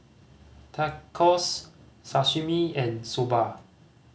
Tacos Sashimi and Soba